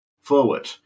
Forward